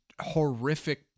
horrific